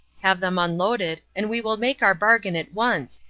have them unloaded and we will make our bargain at once,